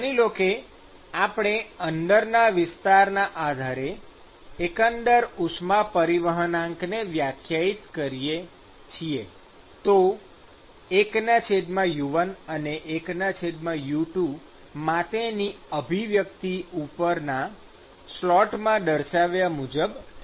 માની લો કે આપણે અંદરના વિસ્તારના આધારે એકંદર ઉષ્મા પરિવહનાંકને વ્યાખ્યાયિત કરીએ છીએ તો 1U1 અને 1U2 માટેની અભિવ્યક્તિ ઉપરના સ્નેપશોટમાં દર્શાવ્યા મુજબ થશે